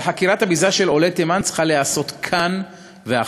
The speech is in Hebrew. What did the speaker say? אבל חקירת הביזה של עולי תימן צריכה להיעשות כאן ועכשיו,